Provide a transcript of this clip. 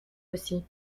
aussi